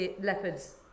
leopards